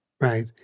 Right